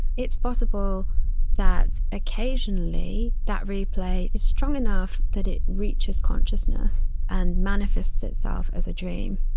it's possible that occasionally that replay is strong enough that it reaches consciousness and manifests itself as a dream.